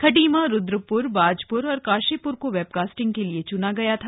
खटीमा रुद्रप्र बाजप्र और काशीप्र को वेबकास्टिंग के लिए चुना गया था